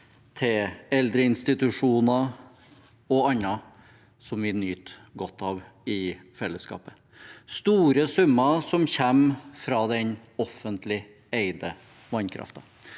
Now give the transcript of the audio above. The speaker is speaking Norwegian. til eldreinstitusjoner og annet som vi nyter godt av i fellesskapet – store summer som kommer fra den offentlig eide vannkraften.